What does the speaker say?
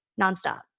nonstop